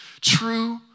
true